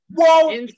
Whoa